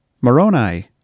Moroni